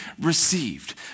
received